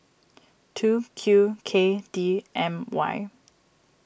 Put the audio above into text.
two Q K D M Y